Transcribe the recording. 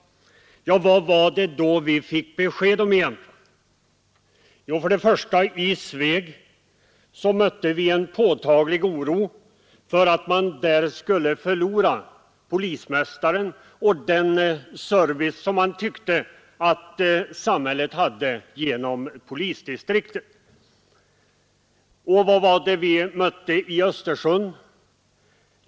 Vad var det då som vi fick besked om? I Sveg mötte vi en påtaglig oro för att man där skulle förlora polismästaren och den service som man tyckte att polisdistrikten gav. Vad mötte vi i Östersund?